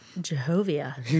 jehovah